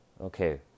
Okay